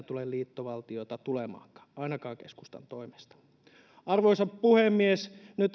tule liittovaltiota tulemaankaan ainakaan keskustan toimesta arvoisa puhemies nyt on